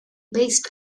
based